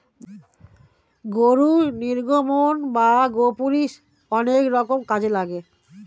গরুর নির্গমন বা গোপুরীষ অনেক রকম কাজে লাগে